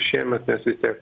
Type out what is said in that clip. šiemet nes vistiek